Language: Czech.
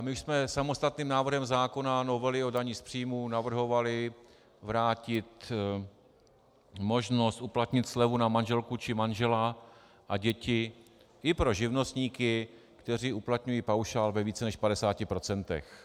My jsme samostatným návrhem zákona novely o dani z příjmů navrhovali vrátit možnost uplatnit slevu na manželku či manžela a děti i pro živnostníky, kteří uplatňují paušál ve více než 50 %.